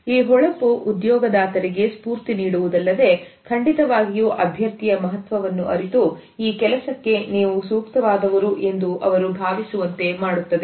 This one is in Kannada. ಈ ಹೊಳಪು ಉದ್ಯೋಗದಾತರಿಗೆ ಸ್ಪೂರ್ತಿ ನೀಡುವುದಲ್ಲದೆ ಖಂಡಿತವಾಗಿಯೂ ಅಭ್ಯರ್ಥಿಯ ಮಹತ್ವವನ್ನು ಅರಿತು ಈ ಕೆಲಸಕ್ಕೆ ನೀವು ಸೂಕ್ತವಾದ ವರು ಎಂದು ಭಾವಿಸುತ್ತಾರೆ